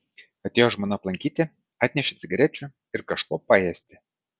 atėjo žmona aplankyti atnešė cigarečių ir kažko paėsti